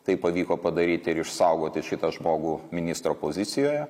tai pavyko padaryti ir išsaugoti šitą žmogų ministro pozicijoje